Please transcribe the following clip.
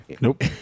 Nope